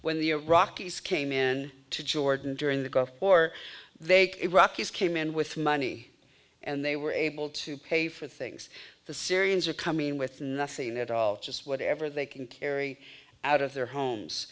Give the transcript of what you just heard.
when the iraqis came in to jordan during the gulf war they could rocky's came in with money and they were able to pay for things the syrians are coming in with nothing at all just whatever they can carry out of their homes